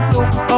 Looks